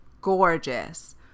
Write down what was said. gorgeous